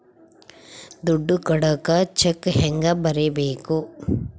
ದುಡ್ಡು ಕೊಡಾಕ ಚೆಕ್ ಹೆಂಗ ಬರೇಬೇಕು?